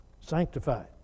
Sanctified